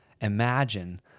imagine